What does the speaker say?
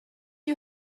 you